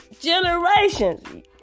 generations